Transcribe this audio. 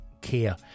care